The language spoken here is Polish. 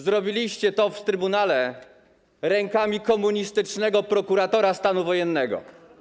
Zrobiliście to w trybunale rękami komunistycznego prokuratora stanu wojennego.